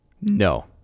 No